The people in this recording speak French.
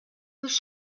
nous